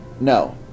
No